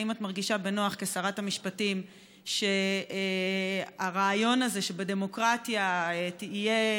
האם את מרגישה בנוח כשרת המשפטים עם הרעיון הזה שבדמוקרטיה הכלי